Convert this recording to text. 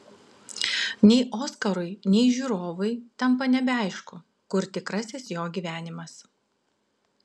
nei oskarui nei žiūrovui tampa nebeaišku kur tikrasis jo gyvenimas